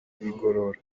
igorora